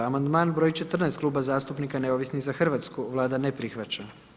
Amandman broj 14 Kluba zastupnika Neovisni za Hrvatsku, Vlada ne prihvaća.